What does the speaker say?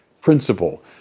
principle